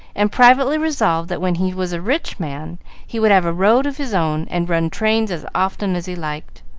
and privately resolved that when he was a rich man he would have a road of his own, and run trains as often as he liked.